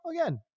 again